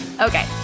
Okay